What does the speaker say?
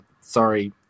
Sorry